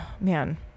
man